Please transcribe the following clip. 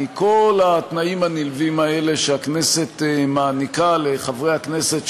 מכל התנאים הנלווים האלה שהכנסת מעניקה לחברי הכנסת,